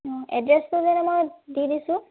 অঁ এড্ৰেছটো যেনে মই দি দিছোঁ